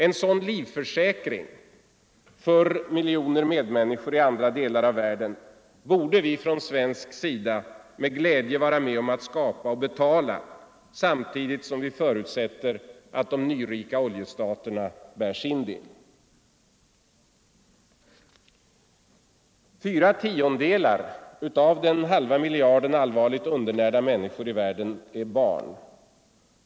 En sådan livförsäkring för miljoner medmänniskor i andra delar av världen borde vi från svensk sida med glädje vara med om att skapa och betala samtidigt som vi förutsätter att de nyrika oljestaterna bär sin del. Fyra tiondelar av den halva miljarden allvarligt undernärda människor i världen är barn.